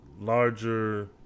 larger